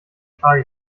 schlage